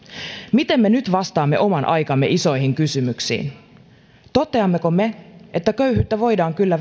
miten me nyt vastaamme oman aikamme isoihin kysymyksiin toteammeko me että köyhyyttä voidaan kyllä